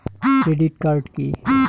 Credit card key?